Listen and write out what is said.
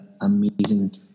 amazing